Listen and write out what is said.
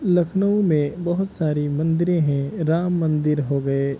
لکھنؤ میں بہت ساری مندریں ہیں رام مندر ہو گئے